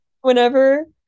Whenever